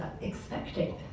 expecting